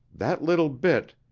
that little bit.